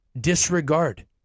disregard